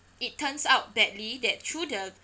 it turns out badly that through the